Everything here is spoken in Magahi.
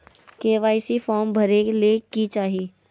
के.वाई.सी फॉर्म भरे ले कि चाही?